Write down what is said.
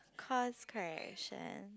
course correction